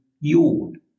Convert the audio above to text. yawn